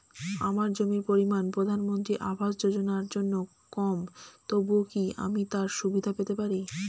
আমার জমির পরিমাণ প্রধানমন্ত্রী আবাস যোজনার জন্য কম তবুও কি আমি তার সুবিধা পেতে পারি?